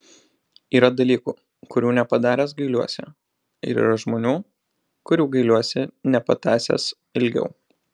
yra dalykų kurių nepadaręs gailiuosi ir yra žmonių kurių gailiuosi nepatąsęs ilgiau